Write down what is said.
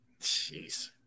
jeez